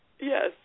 Yes